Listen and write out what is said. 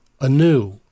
anew